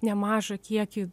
nemažą kiekį